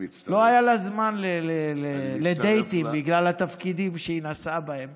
לא היה לה זמן לדייטים בגלל התפקידים שהיא נשאה בהם.